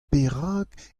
perak